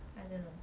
I don't know